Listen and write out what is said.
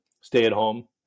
stay-at-home